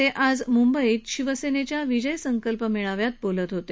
ते आज मुंबईत शिवसेनेच्या विजय संकल्प मेळाव्यात बोलत होते